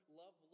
love